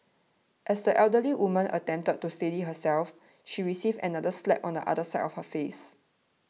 as the elderly woman attempted to steady herself she received another slap on the other side of her face